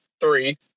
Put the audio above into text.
three